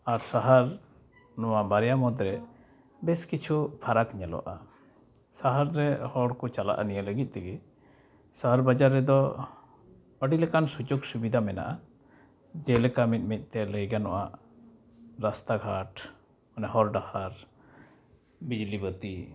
ᱟᱨ ᱥᱟᱦᱟᱨ ᱱᱚᱣᱟ ᱵᱟᱨᱭᱟ ᱢᱩᱫᱽᱨᱮ ᱵᱮᱥᱠᱤᱪᱷᱩ ᱯᱷᱟᱨᱟᱠ ᱧᱮᱞᱚᱜᱼᱟ ᱥᱟᱦᱟᱨ ᱨᱮ ᱦᱚᱲᱠᱚ ᱪᱟᱞᱟᱜᱼᱟ ᱱᱤᱭᱟᱹ ᱞᱟᱹᱜᱤᱫ ᱛᱮᱜᱮ ᱥᱟᱦᱟᱨ ᱵᱟᱡᱟᱨ ᱨᱮᱫᱚ ᱟᱹᱰᱤ ᱞᱮᱠᱟᱱ ᱥᱩᱡᱳᱜᱽ ᱥᱩᱵᱤᱫᱷᱟ ᱢᱮᱱᱟᱜᱼᱟ ᱡᱮᱞᱮᱠᱟ ᱢᱤᱫᱼᱢᱤᱫᱛᱮ ᱞᱟᱹᱭ ᱜᱟᱱᱚᱜᱼᱟ ᱨᱟᱥᱛᱟᱼᱜᱷᱟᱴ ᱦᱚᱨᱼᱰᱟᱦᱟᱨ ᱵᱤᱡᱽᱞᱤᱼᱵᱟᱹᱛᱤ